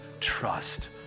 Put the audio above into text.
trust